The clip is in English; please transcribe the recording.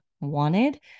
wanted